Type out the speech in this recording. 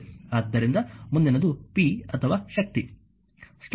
ಆದ್ದರಿಂದ ಮುಂದಿನದು p ಅಥವಾ ಶಕ್ತಿ